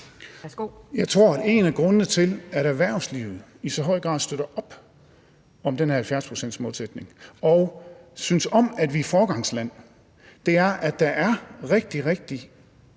Jeg tror, at en af grundene til, at erhvervslivet i så høj grad støtter op om den her 70-procentsmålsætning og synes om, at vi er foregangsland, er, at der er rigtig, rigtig